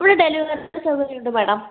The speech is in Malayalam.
ഇവിടെ ഡെലിവറി സൗകര്യം ഉണ്ട് മാഡം